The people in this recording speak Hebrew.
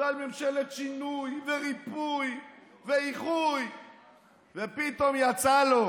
ועל ממשלת שינוי וריפוי ואיחוי ופתאום יצא לו,